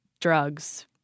drugs